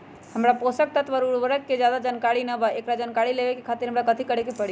हमरा पोषक तत्व और उर्वरक के ज्यादा जानकारी ना बा एकरा जानकारी लेवे के खातिर हमरा कथी करे के पड़ी?